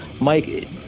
Mike